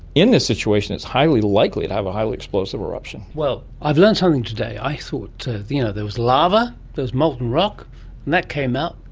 in this situation it's highly likely to have a highly explosive eruption. well, i've learnt something today. i thought you know there was lava, there was molten rock, and that came out,